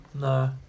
No